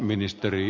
puhemies